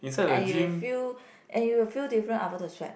and you feel and you feel different after the sweat